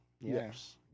Yes